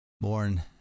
born